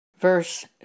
Verse